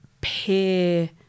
peer